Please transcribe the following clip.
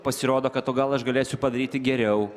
pasirodo kad o gal aš galėsiu padaryti geriau